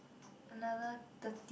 another thirty